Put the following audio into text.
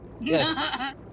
Yes